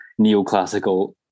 neoclassical